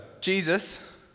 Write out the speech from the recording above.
Jesus